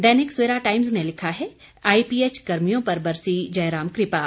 दैनिक Savera Times ने लिखा है आईपीएच कर्मियों पर बरसी जयराम कृपा